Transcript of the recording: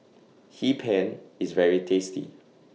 Hee Pan IS very tasty